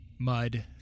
mud